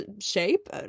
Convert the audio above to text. shape